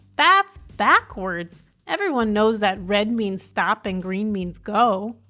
that's backwards. everyone knows that red means stop and green means go.